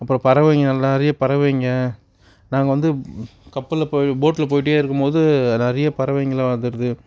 அப்புறம் பறவைங்கள் எல்லாம் நிறையா பறவைங்கள் நாங்கள் வந்து கப்பலில் போய் போட்டில் போய்கிட்டே இருக்கும் போது நிறையா பறவைங்களெலாம் அது வந்துடுது